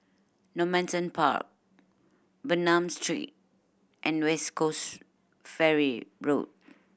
Normanton Park Bernam Street and West Coast Ferry Road